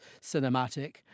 cinematic